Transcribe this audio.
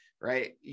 right